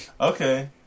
Okay